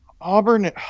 Auburn